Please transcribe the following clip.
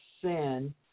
sin